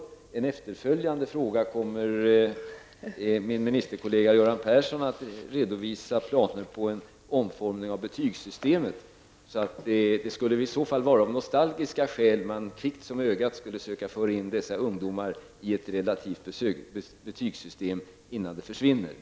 Min ministerkollega Göran Persson kommer att i en efterföljande fråga redovisa planer på en omformning av betygssystemet. Det skulle i så fall vara av nostalgiska skäl som man kvickt som ögat skulle söka föra in dessa elever i ett relativt betygssystem, innan detta system helt försvinner.